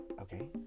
okay